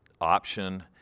option